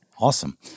Awesome